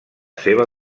seva